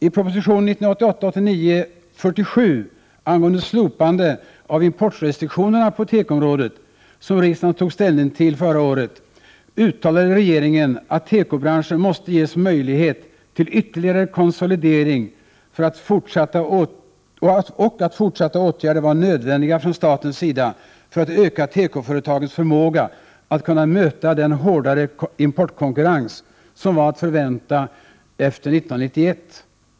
I proposition 1988/89:47 angående slopande av importrestriktionerna på tekoområdet, som riksdagen tog ställning till i höstas, uttalade regeringen att tekobranschen måste ges möjlighet till ytterligare konsolidering och att fortsatta åtgärder var nödvändiga från statens sida för att öka tekoföretagens förmåga att kunna möta den hårdare importkonkurrens som var att vänta efter 1991.